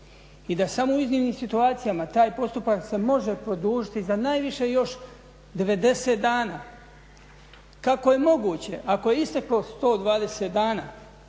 i da samo u iznimnim situacijama taj postupak se može produžiti za najviše još 90 dana kako je moguće ako je isteklo 120 dana